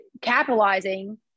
capitalizing